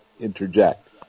interject